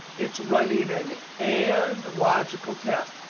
it's running an and logical test.